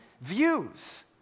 views